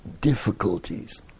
difficulties